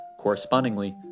Correspondingly